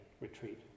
retreat